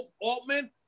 Altman